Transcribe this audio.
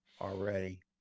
already